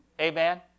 Amen